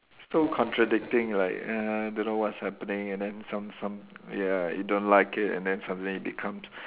so contradicting like uh don't know what's happening and then some some ya you don't like it and then suddenly it becomes